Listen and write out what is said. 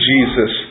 Jesus